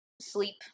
sleep